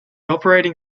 operating